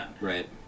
right